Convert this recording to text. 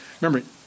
Remember